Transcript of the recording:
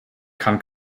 kann